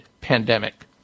pandemic